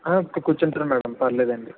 కు కూర్చుంటరు మ్యాడం పర్లేదండి